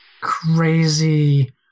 crazy